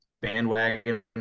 bandwagon